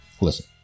Listen